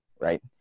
right